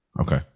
Okay